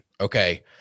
okay